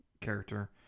character